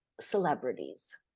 celebrities